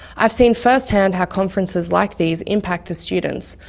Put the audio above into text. i've seen firsthand how conferences like these impact the students,